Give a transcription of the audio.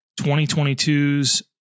2022's